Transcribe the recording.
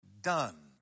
done